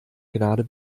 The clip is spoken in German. gnade